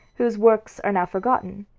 whose works are now forgotten,